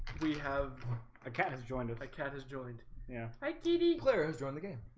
we have a cat has joined it that cat has joined yeah, right deedee clara has joined the game,